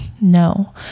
No